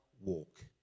walk